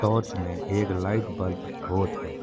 टॉर्च में एक light bulb होत है